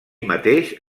mateix